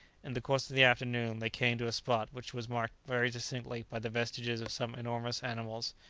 in the course of the afternoon, they came to a spot which was marked very distinctly by the vestiges of some enormous animals,